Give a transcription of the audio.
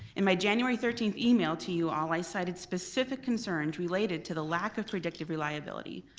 in my january thirteenth email to you all, i cited specific concerns related to the lack of predictive reliability,